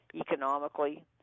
economically